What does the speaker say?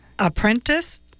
Apprentice